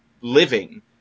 living